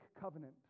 covenant